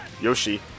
Yoshi